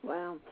Wow